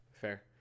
fair